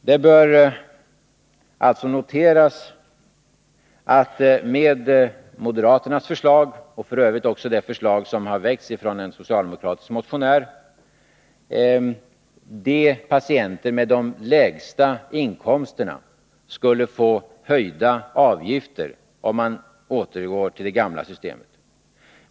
Det bör alltså noteras att med moderaternas förslag — och f. ö. också med det förslag som väckts av en socialdemokratisk motionär — skulle patienter med lägre inkomster få höjda avgifter, om man återgår till det gamla systemet.